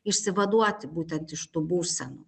išsivaduoti būtent iš tų būsenų